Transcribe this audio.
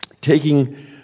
taking